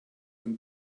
and